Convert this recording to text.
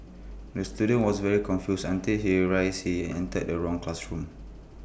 the student was very confused until he realised he entered the wrong classroom